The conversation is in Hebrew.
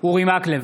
אורי מקלב,